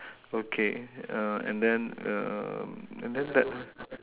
okay uh and then um and then that